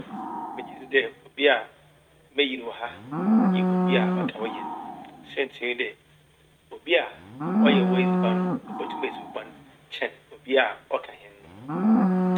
Megye dzi dɛ obi a meyi no wɔ ha nye obi a ɔka wo hɛn. Saintsir nye dɛ obi a ɔyɛ w'edziban obotum edzi wo bɔn kyɛn obi a ɔka hɛn.